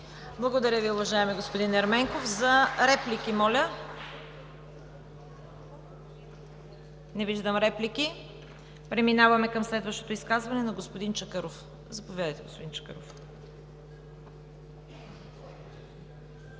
Благодаря Ви, уважаеми господин Ерменков. За реплики, моля! Не виждам желаещи. Преминаваме към следващото изказване – господин Чакъров, заповядайте. ДЖЕВДЕТ ЧАКЪРОВ